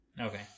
Okay